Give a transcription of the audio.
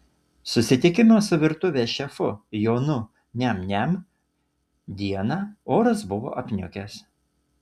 susitikimo su virtuvės šefu jonu niam niam dieną oras buvo apniukęs